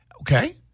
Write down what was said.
Okay